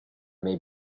may